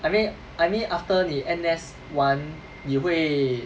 I mean I mean after 你 N_S 完你会